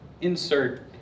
insert